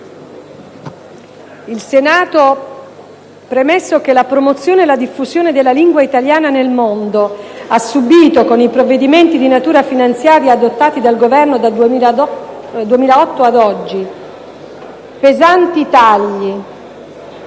Il Senato, premesso che: la promozione e la diffusione della lingua italiana nel mondo ha subito con i provvedimenti di natura finanziaria adottati dal Governo dal 2008 ad oggi tagli